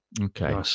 Okay